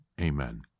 Amen